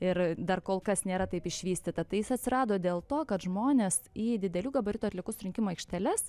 ir dar kol kas nėra taip išvystyta tai jis atsirado dėl to kad žmonės į didelių gabaritų atliekų surinkimo aikšteles